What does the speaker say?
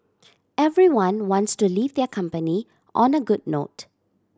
everyone wants to leave their company on a good note